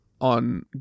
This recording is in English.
on